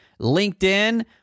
LinkedIn